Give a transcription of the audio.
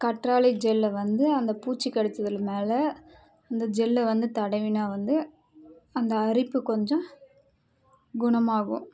கற்றாழை ஜெல்ல வந்து அந்த பூச்சிக் கடிச்சதில் மேலே அந்த ஜெல்ல வந்து தடவினால் வந்து அந்த அரிப்பு கொஞ்சம் குணமாகும்